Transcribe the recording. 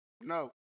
No